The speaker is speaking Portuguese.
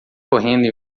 correndo